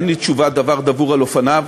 אין לי תשובה דבר דבור על אופניו.